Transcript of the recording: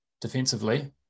defensively